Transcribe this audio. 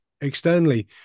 externally